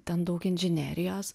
ten daug inžinerijos